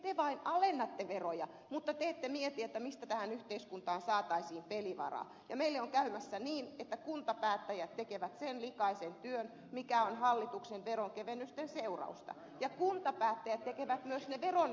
te vain alennatte veroja mutta te ette mieti mistä tähän yhteiskuntaan saataisiin pelivaraa ja meille on käymässä niin että kuntapäättäjät tekevät sen likaisen työn mikä on hallituksen veronkevennysten seurausta ja kuntapäättäjät tekevät myös ne veronnostopäätökset